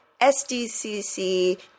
SDCC